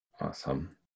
Awesome